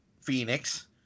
Phoenix